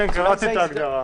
כן, קראתי את ההגדרה.